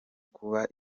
kuba